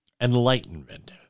enlightenment